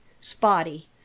spotty